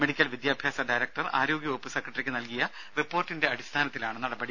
medical വിദ്യാഭ്യാസ director ആരോഗ്യ വകുപ്പ് സെക്രട്ടറിയ്ക്ക് നൽകിയ റിപ്പോർട്ടിന്റെ അടിസ്ഥാനത്തിലാണ് നടപടി